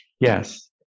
Yes